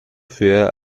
für